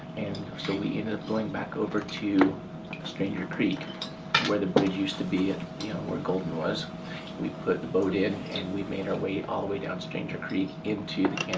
and so we ended up going back over to stranger creek where the bridge used to be and where golden was. and we put the boat in and we made our way all the way down stranger creek into the